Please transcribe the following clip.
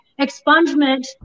expungement